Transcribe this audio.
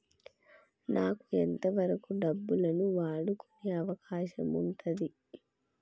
నాకు ఎంత వరకు డబ్బులను వాడుకునే అవకాశం ఉంటది?